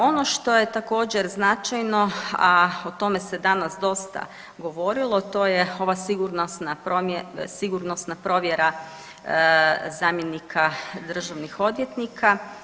Ono što je također značajno, a o tome se danas dosta govorilo, to je ova sigurnosna provjera zamjenika državnih odvjetnika.